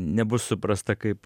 nebus suprasta kaip